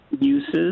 uses